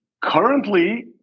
Currently